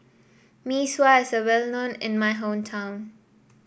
Mee Sua is well known in my hometown